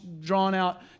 drawn-out